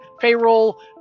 payroll